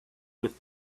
with